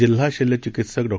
जिल्हा शल्य चिकित्सक डॉ